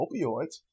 opioids